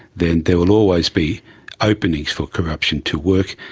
then there will always be openings for corruption to work,